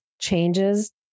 changes